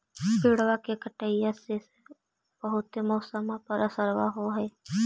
पेड़बा के कटईया से से बहुते मौसमा पर असरबा हो है?